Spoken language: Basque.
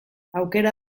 aukera